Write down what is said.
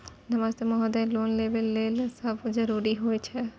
नमस्ते महोदय, लोन लेबै के लेल की सब जरुरी होय छै?